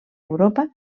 europa